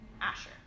Asher